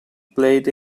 played